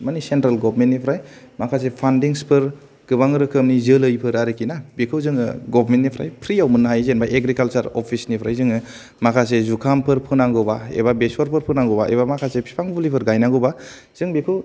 माने सेन्ट्रेल गभर्नमेन्टनिफ्राय माखासे फान्डिंसफोर गोबां रोखोमनि जोलैफोर आरोखि ना बेखौ जोङो गभर्नमेन्टनिफ्राय फ्रियाव मोननो हायो जेनेबा एग्रिकालसार अफिसनिफ्राय जोङो माखासे जुखामफोरखौ नांगौबा एबा बेसरफोखौ नांगौबा माखासे फिफां फुलिफोर गायनांगौबा जों बेखौ